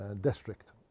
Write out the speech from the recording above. district